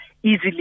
easily